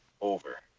over